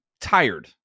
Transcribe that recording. tired